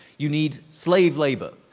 you need slave labor,